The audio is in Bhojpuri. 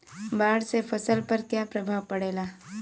बाढ़ से फसल पर क्या प्रभाव पड़ेला?